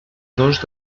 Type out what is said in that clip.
dos